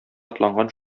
атланган